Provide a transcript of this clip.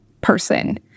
person